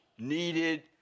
needed